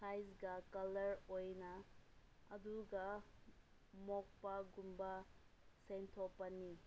ꯁꯥꯏꯖꯒ colour ꯑꯣꯏꯅ ꯑꯗꯨꯒ ꯃꯣꯠꯄꯒꯨꯝꯕ ꯁꯦꯡꯗꯣꯛꯄꯅꯤ